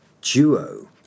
duo